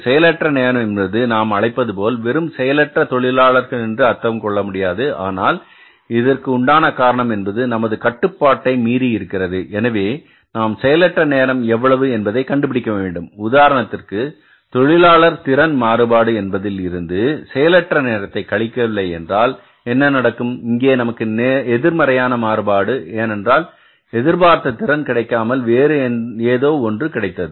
செயலற்ற நேரம் என்பது நாம் அழைப்பது போல் வெறும் செயலற்ற தொழிலாளர் என்று அர்த்தம் கொள்ள முடியாது ஆனால் இது உண்டான காரணம் என்பது நமது கட்டுப்பாட்டை மீறி இருக்கிறது எனவே நாம் செயலற்ற நேரம் எவ்வளவு என்பதை கண்டுபிடிக்க வேண்டும் உதாரணத்திற்கு தொழிலாளர் திறன் மாறுபாடு என்பதில் இருந்து செயலற்ற நேரத்தை கழிக்கவில்லை என்றால் என்ன நடக்கும் இங்கே நமக்கு எதிர்மறையான மாறுபாடு ஏனென்றால் நாம் எதிர்பார்த்த திறன் கிடைக்காமல் வேறு ஏதோ ஒன்று கிடைத்தது